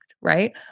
right